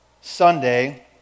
Sunday